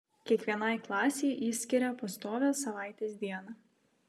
kiekvienai klasei ji skiria pastovią savaitės dieną